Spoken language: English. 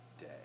day